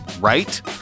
Right